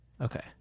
Okay